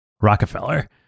rockefeller